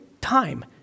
Time